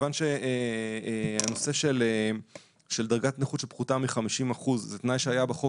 כיוון שהנושא של דרגת נכות שפחותה מ-50 אחוזים זה תנאי שהיה בחוק